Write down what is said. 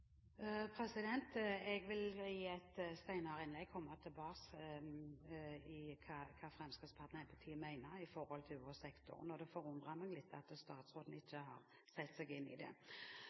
Jeg vil i et senere innlegg komme tilbake med hva Fremskrittspartiet mener når det gjelder VO-sektoren. Det forundrer meg litt at statsråden ikke har satt seg inn i det.